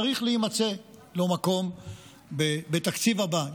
צריך להימצא לו מקום בתקציב הבא,